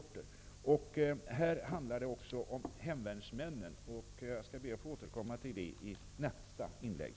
Debatten handlar också om hemvärnsmännen, och jag skall be att få återkomma till det i nästa inlägg.